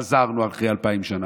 אבל חזרנו אחרי אלפיים שנה.